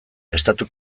estatu